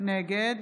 נגד